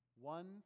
One